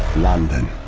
london.